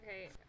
Okay